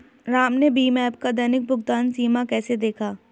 राम ने भीम ऐप का दैनिक भुगतान सीमा कैसे देखा?